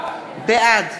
בעד